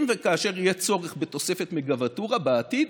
אם וכאשר יהיה צורך בתוספת מגה-ואטורה בעתיד,